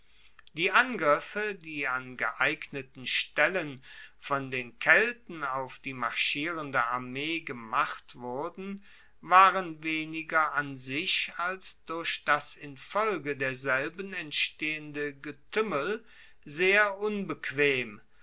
die angriffe die an geeigneten stellen von den kelten auf die marschierende armee gemacht wurden waren weniger an sich als durch das in folge derselben entstehende getuemmel sehr unbequem